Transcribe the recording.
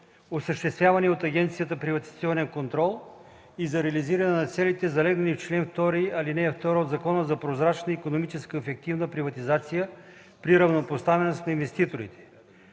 осъществявания от агенцията следприватизационен контрол и за реализиране на целите, залегнали в чл. 2, ал. 1 от закона, за прозрачна и икономически ефективна приватизация при равнопоставеност на инвеститорите.